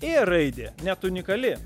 ė raidė net unikali